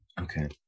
Okay